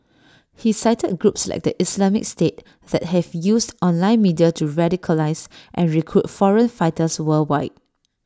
he cited groups like the Islamic state that have used online media to radicalise and recruit foreign fighters worldwide